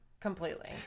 Completely